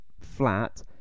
flat